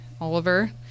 Oliver